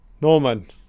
Norman